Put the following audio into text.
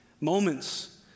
Moments